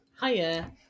Hiya